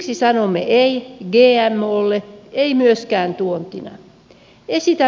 siksi sanomme ei gmolle ei myöskään tuontina